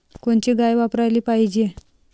कोनची गाय वापराली पाहिजे?